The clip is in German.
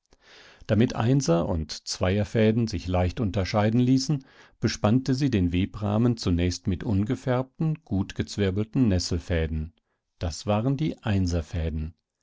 damit einser und zweierfäden sich leicht unterscheiden ließen bespannte sie den webrahmen zunächst mit ungefärbten gut gezwirbelten nesselfäden das waren die